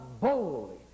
boldly